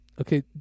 Okay